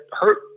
hurt